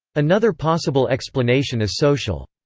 another possible explanation is social.